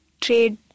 trade